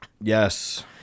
Yes